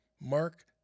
Mark